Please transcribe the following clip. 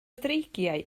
dreigiau